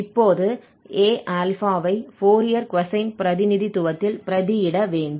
இப்போது Aα ஐ Fourier cosine பிரதிநிதித்துவத்தில் பிரதியிட வேண்டும்